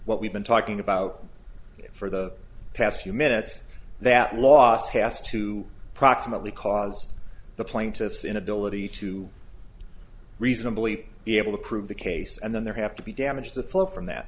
what we've been talking about for the past few minutes that last past two proximately cause the plaintiff's inability to reasonably be able to prove the case and then there have to be damage to flow from that